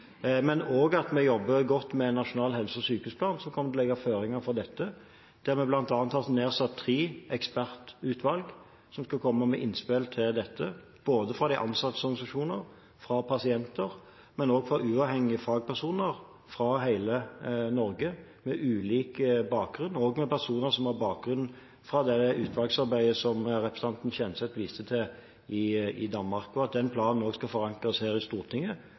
men også ved at vi jobber godt med en nasjonal helse- og sykehusplan, som kommer til å legge føringer for dette. Der har vi bl.a. satt ned tre ekspertutvalg, som skal komme med innspill til dette. Det vil komme innspill fra de ansattes organisasjoner, fra pasienter og fra uavhengige fagpersoner fra hele Norge, med ulik bakgrunn, bl.a. også personer med erfaring fra det utvalgsarbeidet i Danmark, som representanten Kjenseth viste til. Den planen skal også forankres her i Stortinget,